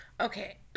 Okay